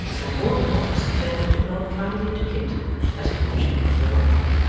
and more than once turning to nod kindly to kit as he watched them from the road.